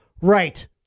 Right